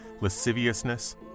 lasciviousness